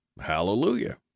hallelujah